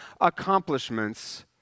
accomplishments